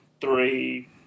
three